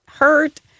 Hurt